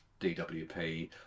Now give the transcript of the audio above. DWP